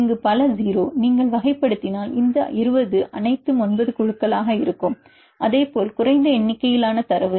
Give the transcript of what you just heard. இங்கே பல 0 நீங்கள் வகைப்படுத்தினால் இந்த 20 அனைத்தும் 9 குழுக்களாக இருக்கும் இதேபோல் குறைந்த எண்ணிக்கையிலான தரவு